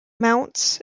mounts